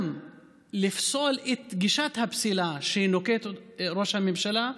לפסול את גישת הפסילה שנוקט ראש הממשלה.